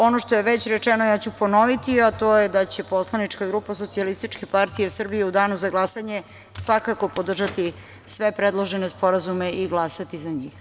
Ono što je već rečeno ja ću ponoviti, a to je da će Poslanička grupa SPS u danu za glasanje svakako podržati sve predložene sporazume i glasati za njih.